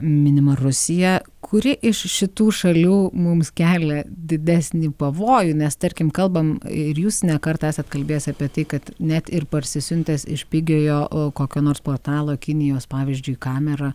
minima rusija kuri iš šitų šalių mums kelia didesnį pavojų nes tarkim kalbam ir jūs ne kartą esat kalbėjęs apie tai kad net ir parsisiuntęs iš pigiojo o kokio nors portalo kinijos pavyzdžiui kamera